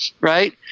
Right